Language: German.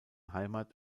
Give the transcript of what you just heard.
heimat